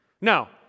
Now